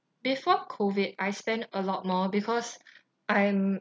before COVID I spend a lot more because I'm